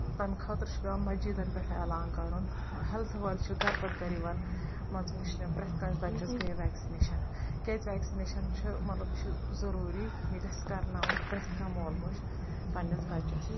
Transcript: تمہِ خٲطرٕ چھُ پٮ۪وان مشیٖدن پٮ۪ٹھ اعلان کرُن ہیٚلتھ وٲلۍ چھِ گرٕ پتہٕ گرٕ یِوان مان ژٕ وٕچھنہِ پرٮ۪تھ کٲنٛسہِ بچس گٔیا ویکسنیشن کیاز ویٖکسِنیشن چھِ مطلب یہِ چھِ ضروٗری یہِ گژھہِ کرناوُن پرٮ۪تھ کانٛہہ مول موج پننس بچس